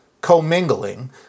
commingling